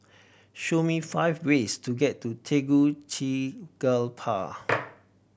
show me five ways to get to Tegucigalpa